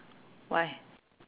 why